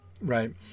right